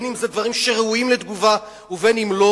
אם בדברים שראויים לתגובה ואם לא,